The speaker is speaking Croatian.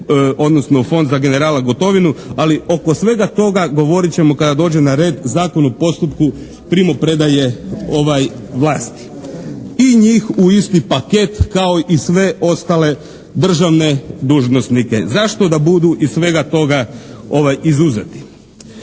odnosno u Fond za generala Gotovinu, ali oko svega toga govoriti ćemo kada dođe na red Zakon o postupku primopredaje vlasti. I njih u isti paket kao i sve ostale državne dužnosnike, zašto da budu iz svega toga izuzeti.